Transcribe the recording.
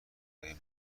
مرگ